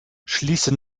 schließe